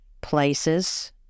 places